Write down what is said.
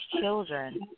children